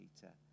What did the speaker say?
Peter